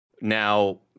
now